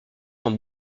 sans